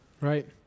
Right